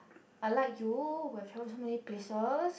unlike you who have chose so many places